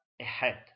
ahead